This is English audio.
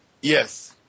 Yes